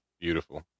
Beautiful